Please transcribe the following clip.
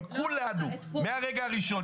אבל כולנו מהרגע הראשון,